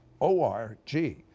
O-R-G